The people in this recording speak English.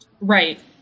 Right